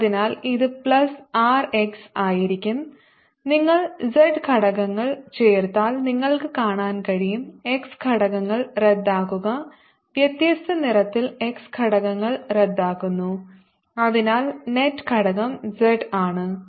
അതിനാൽ ഇത് plus r x ആയിരിക്കും നിങ്ങൾ 2 ഘടകങ്ങൾ ചേർത്താൽ നിങ്ങൾക്ക് കാണാൻ കഴിയും x ഘടകങ്ങൾ റദ്ദാക്കുക വ്യത്യസ്ത നിറത്തിൽ x ഘടകങ്ങൾ റദ്ദാക്കുന്നു അതിനാൽ നെറ്റ് ഘടകം z ആണ്